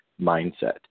mindset